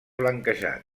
blanquejat